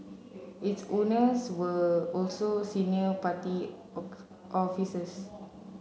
its owners were also senior party officers